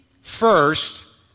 first